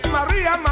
Maria